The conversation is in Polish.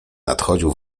nadchodził